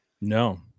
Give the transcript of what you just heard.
No